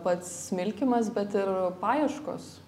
pats smilkymas bet ir paieškos